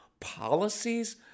Policies